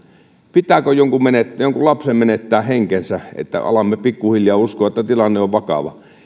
pitääkö jonkun lapsen menettää henkensä että alamme pikkuhiljaa uskoa että tilanne on vakava